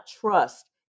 trust